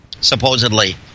supposedly